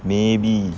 maybe